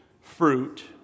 fruit